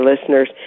listeners